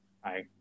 Hi